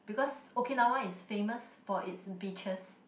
because Okinawa is famous for it's beaches